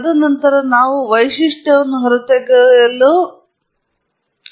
ತದನಂತರ ನಾವು ವೈಶಿಷ್ಟ್ಯವನ್ನು ಹೊರತೆಗೆಯಲು ಹೊಂದಿವೆ